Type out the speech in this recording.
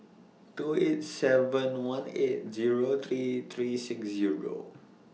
two eight seven one eight Zero three three six Zero